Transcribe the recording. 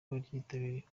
waryitabiriye